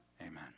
amen